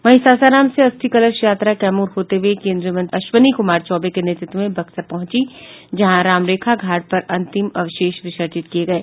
वहीं सासाराम से अस्थि कलश यात्रा कैमूर होते हुए केंद्रीय मंत्री अश्विनी कुमार चौबे के नेतृत्व में बक्सर पहुंची जहां रामरेखा घाट पर अंतिम अवशेष विसर्जित किये गये